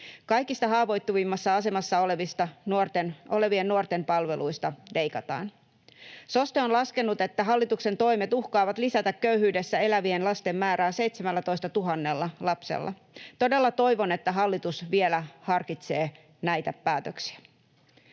Kaikista haavoittuvimmassa asemassa olevien nuorten palveluista leikataan. SOSTE on laskenut, että hallituksen toimet uhkaavat lisätä köyhyydessä elävien lasten määrää 17 000 lapsella. Todella toivon, että hallitus vielä harkitsee näitä päätöksiä.